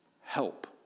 help